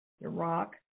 Iraq